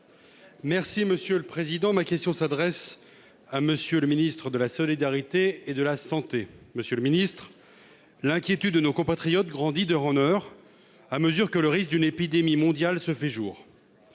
Union Centriste. Ma question s'adresse à M. le ministre des solidarités et de la santé. Monsieur le ministre, l'inquiétude de nos compatriotes grandit d'heure en heure à mesure que le risque d'une épidémie mondiale se fait jour.